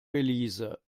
belize